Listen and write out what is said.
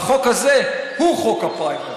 החוק הזה הוא חוק הפריימריז,